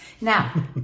Now